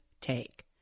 take